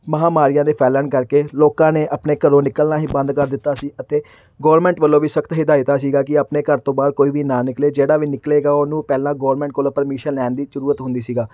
ਮਹਾਂਮਾਰੀਆਂ ਦੇ ਫੈਲਣ ਕਰਕੇ ਲੋਕਾਂ ਨੇ ਆਪਣੇ ਘਰੋਂ ਨਿਕਲਣਾ ਹੀ ਬੰਦ ਕਰ ਦਿੱਤਾ ਸੀ ਅਤੇ ਗੌਰਮੈਂਟ ਵੱਲੋਂ ਵੀ ਸਖ਼ਤ ਹਿਦਾਇਤਾਂ ਸੀਗਾ ਕਿ ਆਪਣੇ ਘਰ ਤੋਂ ਬਾਹਰ ਕੋਈ ਵੀ ਨਾ ਨਿਕਲੇ ਜਿਹੜਾ ਵੀ ਨਿਕਲੇਗਾ ਉਹਨੂੰ ਪਹਿਲਾਂ ਗੌਰਮੈਂਟ ਕੋਲੋਂ ਪਰਮਿਸ਼ਨ ਲੈਣ ਦੀ ਜ਼ਰੂਰਤ ਹੁੰਦੀ ਸੀਗਾ